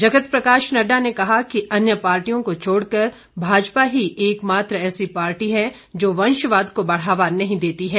जगत प्रकाश नड़डा ने कहा कि अन्य पार्टियों को छोड़ कर भाजपा ही एकमात्र ऐसी पार्टी है जो वंशवाद को बढ़ावा नहीं देती है